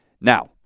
Now